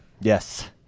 Yes